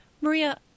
Maria